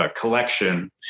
collection